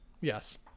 Yes